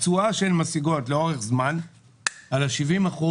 התשואה שהן משיגות לאורך זמן על ה-70%